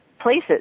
places